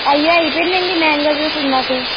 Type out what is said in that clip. అయ్యో అయిపోయిందండి mango juice ఇందాకే